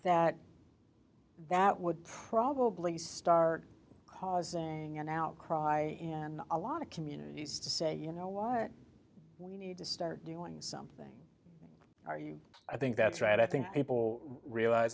that that would probably start causing an outcry and a lot of communities to say you know why we need to start doing something are you i think that's right i think people realize